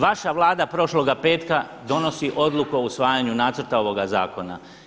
Vaša Vlada prošloga petka donosi odluku o usvajanju nacrta ovoga zakona.